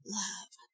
love